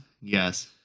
Yes